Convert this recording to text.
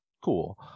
cool